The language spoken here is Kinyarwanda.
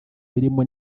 birimo